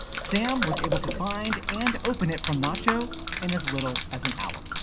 sam was able to find and open it from nacho in as little as an hour.